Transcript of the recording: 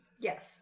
Yes